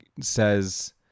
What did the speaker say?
says